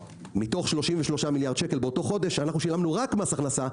מתוך 33 מיליארד שקל באותו חודש אנחנו שילמו רק מס הכנסה,